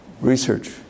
Research